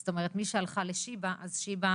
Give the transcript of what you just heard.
זאת אומרת, מי שהלכה לשיבא, אז שיבא